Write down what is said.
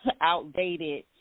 outdated